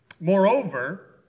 Moreover